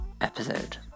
episode